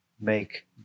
make